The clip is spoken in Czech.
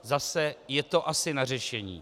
Zase je to asi na řešení.